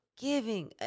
giving